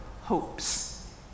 hopes